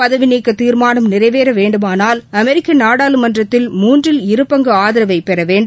பதவிநீக்க தீர்மானம் நிறைவேற வேண்டுமானால் அமெரிக்க நாடாளுமன்றத்தில் மூன்றில் இரு பங்கு ஆதரவை பெற வேண்டும்